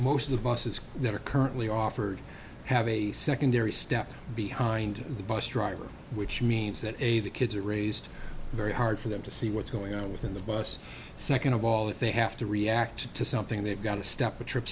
most of the buses that are currently offered have a secondary step behind the bus driver which means that a the kids are raised very hard for them to see what's going on within the bus second of all that they have to react to something they've got to step a trip